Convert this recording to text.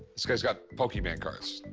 this guy's got pokeman cards.